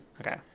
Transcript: Okay